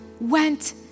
went